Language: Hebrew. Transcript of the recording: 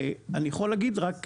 ואני יכול להגיד רק,